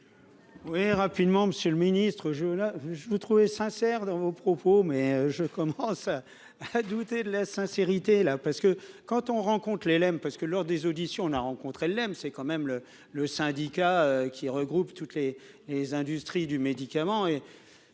Oui, rapidement, Monsieur le Ministre je là je vous trouvez sincère dans vos propos mais je commence à douter de la sincérité là parce que quand on rencontre les parce que lors des auditions, on a rencontré l'aime, c'est quand même le le syndicat qui regroupe toutes les les industries du médicament